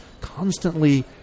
constantly